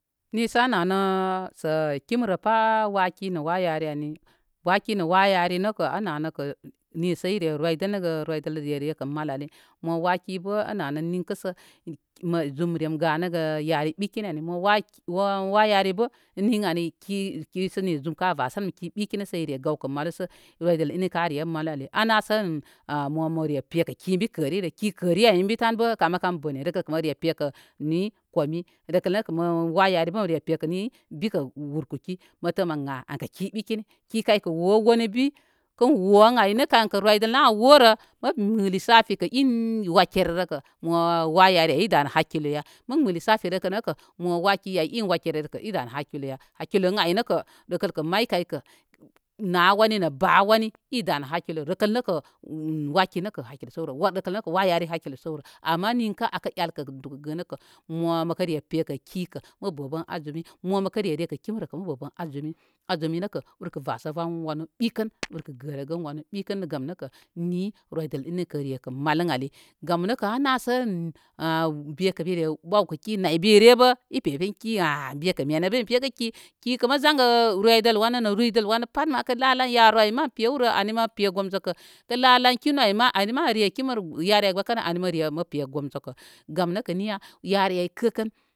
Nisə nana sə kimrə pa waki nə wa yari ani. Waki nə wa yari nəkə anənəkə nisə ire roydənəgə roydəl re rekə mal ali mo wa ki bə ána nə ninkəsə mə zum rem ganəgə yari ɓikini ani mowa ki mo wa yari bə nin ani ki sə ni zum ka va sənən ki ɓikini sə ire gawkə malu sə roydəl ini ka re malu ali anna sə ən a mo mərepekə ki bikərirə kikəri ay bi tan bə kamə kam boni rəkal kə məre pekə kə ni komi rəkəl nəkə mo wa yari bə məre pekə ni bikə wurki mətə mən a aykə ki ɓikini ki kaykə wowon ən bi kən wo ən aynə kankə rydəl nə a worə mə gbu lisafi kə in wakererə kə mo wa yari ay idanə hakilo ya mə gbu lisafi rəkəl nəkə mo waki ay in wakurerə kə ida nə hakilo ya hakilo ən ay nəkə rəkəl kə may kaykə na wani nə ba wani idanə hakilo rəkəl nəkə waki nəkə hakilo səwrə wadinoko wa yari hakilo səwrə ama minkə akə elkə nə dulkə gənə kə mo məkə re pekə ki mə bə bən azumi mo məkə rakə kimrə kə mə bə bən azumi azumi nəkə urkə vasəl van wanə ɓikəl urkə gərə gən wanu ɓikən gam nəkə ni roydəl ini kə re kə mal ən ali. gam nəkə a nəsə mal ən ali gam nəkə a nəsə ən aa bekə bere ɓawkə ki naybe re bə ipe pen kihah bekə menə bə mi pegə ki ki kə mə zongə roydəl wanə nə roydəl wanə pat məkə la lan yaru ay mən pewrə ani mə pe gom zokə kə lalan kinu ay ma ani maré kimrə yari ay gbəkərə ani məre məpe gom zokə gam nəkə niya yari ay kəkən.